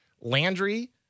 landry